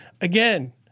Again